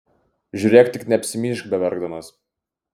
žiūrėk tik neapsimyžk beverkdamas